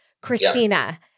Christina